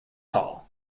hall